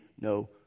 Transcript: no